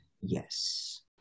yes